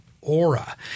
aura